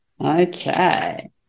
Okay